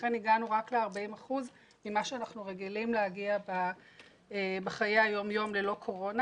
ולכן הגענו רק ל-40% ממה שאנחנו רגילים להגיע בחיי היום-יום ללא קורונה.